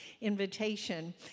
invitation